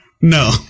No